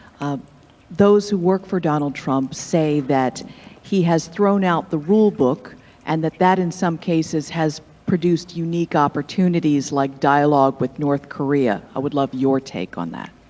ah those who work for donald trump say that he has thrown out the rule book and that that in some cases has produced unique opportunities like dialogue with north korea. i would love your take on that.